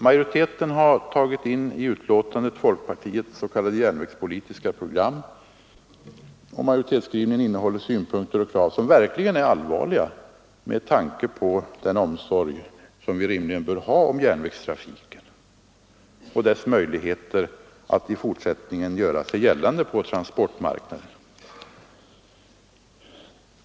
Majoriteten har tagit in folkpartiets s.k. järnvägspolitiska program i betänkandet och skrivningen innehåller synpunkter och krav som verkligen är allvarliga med tanke på den omsorg vi rimligen bör ha om vår järnvägstrafik och dess möjligheter att i fortsättningen göra sig gällande på transportmarknaden.